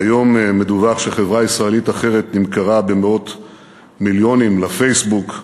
והיום מדווח שחברה ישראלית אחרת נמכרה במאות מיליונים ל"פייסבוק".